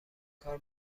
کار